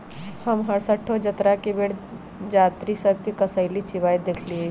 हम हरसठ्ठो जतरा के बेर जात्रि सभ के कसेली चिबाइत देखइलइ